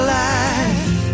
life